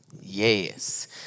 Yes